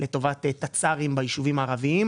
לטובת תצ"רים ביישובים הערביים,